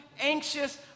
anxious